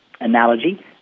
analogy